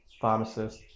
pharmacist